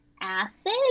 acid